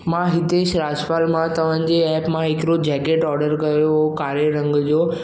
मां हितेष राजपाल मां तव्हां जे एप मां हिकिड़ो जेकेट ऑडर कयो हो कारे रंग जो